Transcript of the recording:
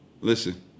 Listen